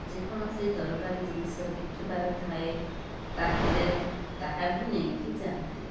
ଯେକୌଣସି ଦରକାରୀ ଜିନିଷ ବିକିବାରେ ଥାଏ ତା'ହେଲେ ତାହାବି ନେଇକି ଯାଆନ୍ତି